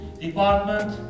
department